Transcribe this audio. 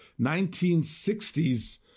1960s